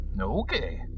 Okay